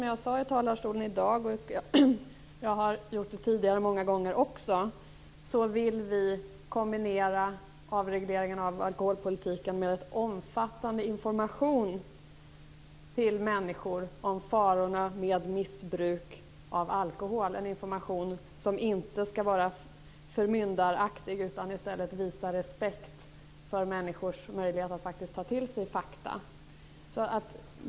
Jag sade från talarstolen i dag och har också många gånger tidigare sagt att vi vill kombinera avregleringen av alkoholpolitiken med en omfattande information till människorna om farorna med missbruk av alkohol. Det skall inte vara en förmyndaraktig information utan en information som visar respekt för människors möjligheter att ta till sig fakta.